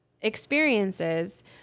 experiences